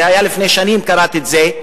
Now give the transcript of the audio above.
זה היה לפני שנים שקראתי את זה: